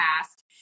past